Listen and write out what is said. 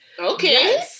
Okay